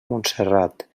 montserrat